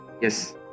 Yes